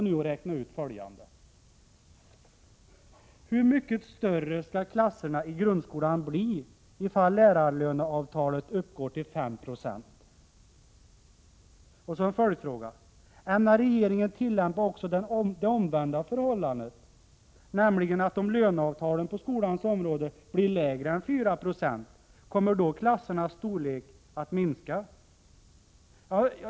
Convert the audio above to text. Ta nu och räkna ut följande: Hur mycket större skall klasserna i grundskolan bli om lärarlöneavtalet innebär en höjning med 5 90? Och så en följdfråga: Ämnar regeringen tillämpa också det omvända förhållandet, nämligen att om löneavtalen på skolans område innebär en höjning lägre än 4 26, kommer då klassernas storlek att minska?